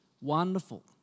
wonderful